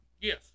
Yes